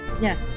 Yes